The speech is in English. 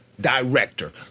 director